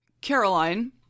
Caroline